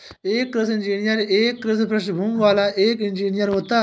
एक कृषि इंजीनियर एक कृषि पृष्ठभूमि वाला एक इंजीनियर होता है